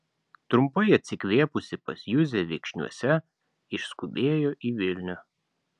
trumpai atsikvėpusi pas juzę viekšniuose išskubėjo į vilnių